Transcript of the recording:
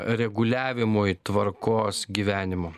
reguliavimui tvarkos gyvenimo